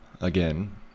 again